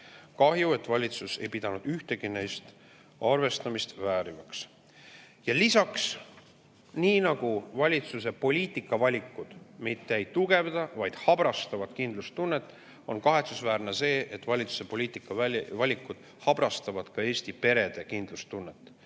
Kahju, et valitsus ei pidanud ühtegi neist arvestamist väärivaks. Lisaks, nii nagu valitsuse poliitikavalikud mitte ei tugevda, vaid habrastavad kindlustunnet, on kahetsusväärne see, et valitsuse poliitikavalikud habrastavad ka Eesti perede kindlustunnet.